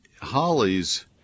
Hollies